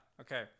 Okay